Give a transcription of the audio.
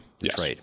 Yes